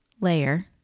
layer